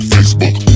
Facebook